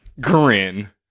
Grin